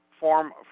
form